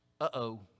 Uh-oh